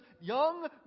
young